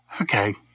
okay